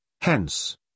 Hence